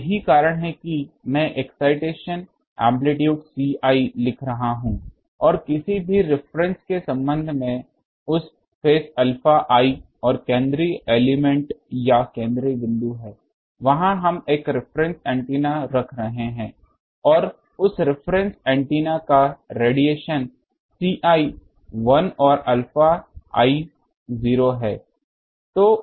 तो यही कारण है कि मैं एक्साइटेशन एम्प्लीट्यूड Ci लिख रहा हूँ और किसी भी रिफरेन्स के संबंध में उस फेज अल्फा i और केंद्रीय एलिमेंट या केंद्रीय बिंदु है वहाँ हम एक रिफरेन्स एंटीना रख रहे हैं और उस रिफरेन्स एंटीना का रेडिएशन Ci 1 और अल्फा i 0 है